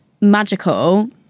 magical